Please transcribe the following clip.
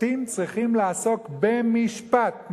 שופטים צריכים לעסוק במשפט.